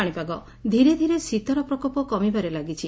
ଶୀତ ଲହରୀ ଧୀରେ ଧୀରେ ଶୀତର ପ୍ରକୋପ କମିବାରେ ଲାଗିଛି